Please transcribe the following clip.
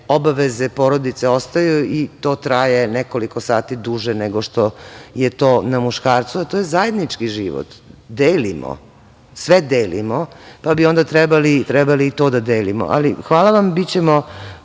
obaveze porodice ostaju i to traje nekoliko sati duže nego što je to na muškarcu, a to je zajednički život, delimo. Sve delimo, pa bi onda trebali i to da delimo. Hvala vam, bićemo